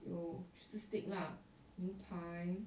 有就是 steak lah 牛排